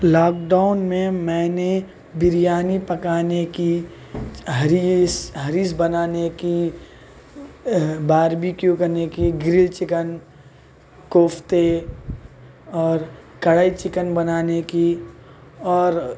lock down میں میں نے بریانی پکانے کی ہریس ہریس بنانے کی باربیکیو کرنے کی گری چکن کوفتے اور کڑھائی چکن بنانے کی اور